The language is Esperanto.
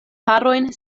harojn